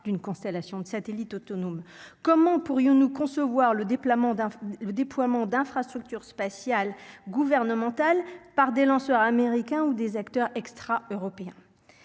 d'une constellation de satellites autonome, comment pourrions-nous concevoir le déploiement d'un le déploiement d'infrastructures spatiales gouvernementales par des lanceurs américains ou des acteurs extra-européens